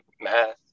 math